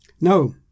No